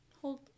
hold